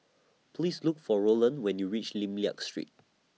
Please Look For Rolland when YOU REACH Lim Liak Street